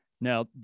Now